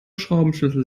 schraubenschlüssel